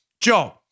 Joe